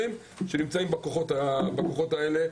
נמצא בכוחות האלה.